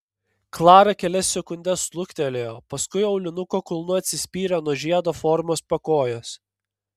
klara kelias sekundes luktelėjo paskui aulinuko kulnu atsispyrė nuo žiedo formos pakojos